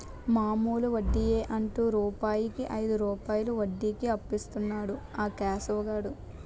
మామూలు వడ్డియే అంటు రూపాయికు ఐదు రూపాయలు వడ్డీకి అప్పులిస్తన్నాడు ఆ కేశవ్ గాడు